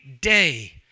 day